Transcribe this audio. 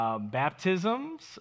baptisms